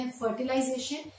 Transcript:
fertilization